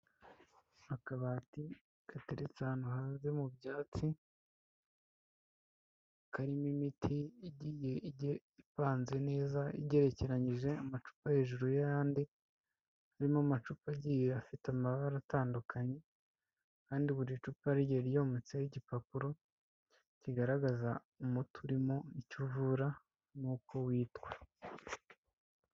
Akabati katereretse ahantu hanze mu byatsi, karimo imiti igiye ipanze neza igerekeyije amacupa hejuru y'ayandi, harimo amacupa agiye afite amabara atandukanye, kandi buri cupa rigiye ryometseho igipapuro, kigaragaza umuti urimo icyo uvura n'uko witwa.